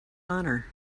honor